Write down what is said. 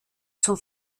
zum